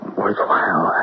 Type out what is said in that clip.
worthwhile